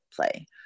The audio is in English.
play